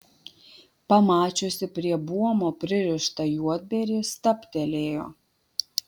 pamačiusi prie buomo pririštą juodbėrį stabtelėjo